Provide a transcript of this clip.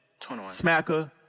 smacker